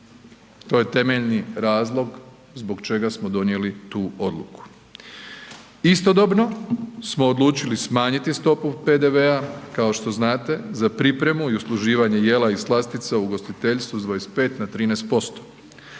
je je temeljni razlog zbog čega smo donijeli tu odluku. Istodobno smo odlučili smanjiti stopu PDV-a kao što znate za pripremu i usluživanje jela i slastica u ugostiteljstvu s 25 na 13%.